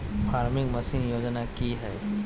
Farming machine योजना कि हैय?